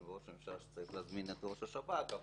ראש הממשלה וצריך להזמין את ראש השב"כ.